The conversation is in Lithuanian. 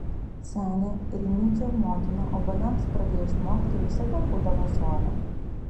senė rimydžio motina obuoliams pradėjus nokti visada būdavo sode